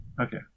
Okay